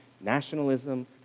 nationalism